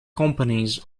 companies